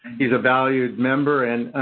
he's a valued member, and,